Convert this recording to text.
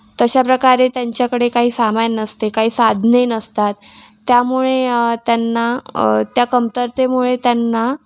तशा प्रकारे त्यांच्याकडे काही सामान नसते काही साधने नसतात त्यामुळे त्यांना त्या कमतरतेमुळे त्यांना